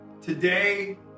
today